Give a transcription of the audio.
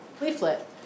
leaflet